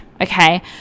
okay